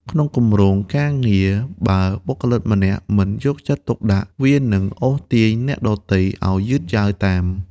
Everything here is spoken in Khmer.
ក្នុងគម្រោងការងារ បើបុគ្គលិកម្នាក់មិនយកចិត្តទុកដាក់ វានឹងអូសទាញអ្នកដទៃឱ្យយឺតយ៉ាវតាម។